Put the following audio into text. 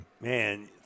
Man